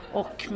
och